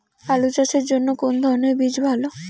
আলু চাষের জন্য কোন ধরণের বীজ ভালো?